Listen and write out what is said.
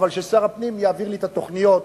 אבל ששר הפנים יעביר לי את התוכניות.